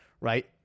right